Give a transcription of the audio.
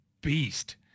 beast